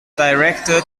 directed